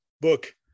book